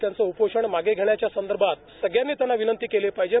त्याचं उपोषण मागे घेण्याच्या संर्दभात सगळ्यांनी त्यांना विनंती केली पाहिजे